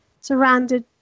surrounded